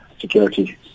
security